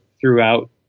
throughout